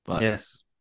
Yes